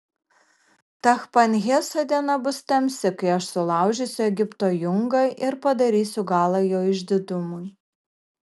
tachpanheso diena bus tamsi kai aš sulaužysiu egipto jungą ir padarysiu galą jo išdidumui